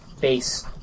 base